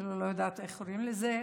לא יודעת איך קוראים לזה,